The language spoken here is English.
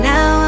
Now